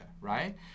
right